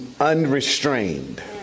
unrestrained